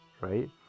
right